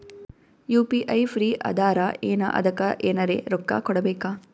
UPI free ಅದಾರಾ ಏನ ಅದಕ್ಕ ಎನೆರ ರೊಕ್ಕ ಕೊಡಬೇಕ?